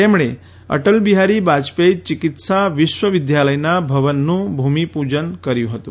તેમણે અટલબિહારી વાજપેઇ ચિકિત્સા વિશ્વવિદ્યાલયના ભવનનું ભૂમિપૂજન કર્યું હતું